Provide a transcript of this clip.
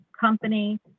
company